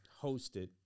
hosted